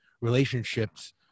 relationships